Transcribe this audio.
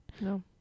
No